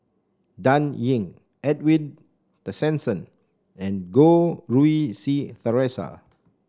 Dan Ying Edwin Tessensohn and Goh Rui Si Theresa